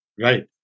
right